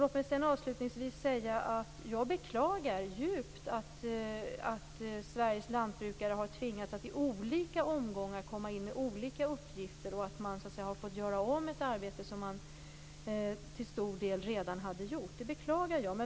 Låt mig avslutningsvis också säga att jag djupt beklagar att Sveriges lantbrukare har tvingats att i olika omgångar komma in med olika uppgifter och att man har fått göra om ett arbete som man till stor del redan gjort.